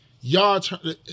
y'all